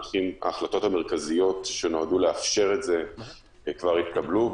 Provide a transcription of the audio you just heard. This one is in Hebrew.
ההחלטות המרכזיות שנועדו לאפשר את זה כבר התקבלו,